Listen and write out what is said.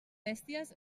bèsties